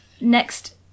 next